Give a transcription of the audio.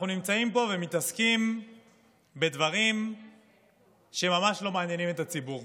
אנחנו נמצאים פה ומתעסקים בדברים שממש לא מעניינים את הציבור.